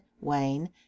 Wayne